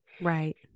Right